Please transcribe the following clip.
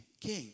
king